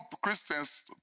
Christians